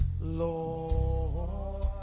Lord